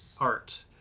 art